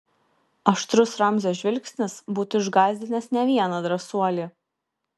aštrus ramzio žvilgsnis būtų išgąsdinęs ne vieną drąsuolį